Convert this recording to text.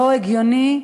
לא הגיוני.